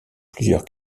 plusieurs